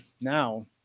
now